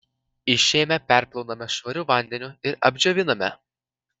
išėmę perplauname švariu vandeniu ir apdžioviname